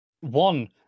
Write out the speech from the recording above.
one